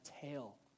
tail